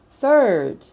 Third